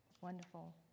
wonderful